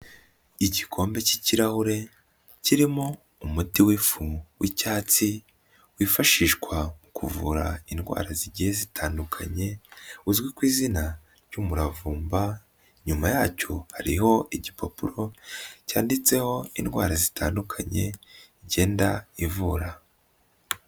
Igikombe k'ikirahure, kirimo umuti w'ifu, w'icyatsi, wifashishwa mu kuvura indwara zigiye zitandukanye, uzwi ku izina ry'umuravumba, inyuma yacyo hariho igipapuro cyanditseho indwara zitandukanye igenda ivura.